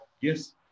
yes